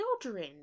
children